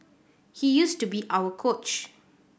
he used to be our coach